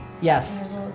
Yes